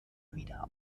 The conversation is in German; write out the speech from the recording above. wieder